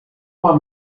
uma